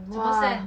!wah!